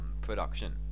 production